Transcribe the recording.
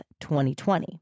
2020